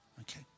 Okay